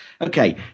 Okay